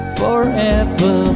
forever